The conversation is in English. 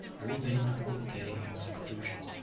i remained the whole day in seclusion,